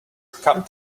come